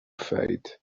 fate